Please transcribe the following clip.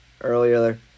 earlier